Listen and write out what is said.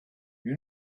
you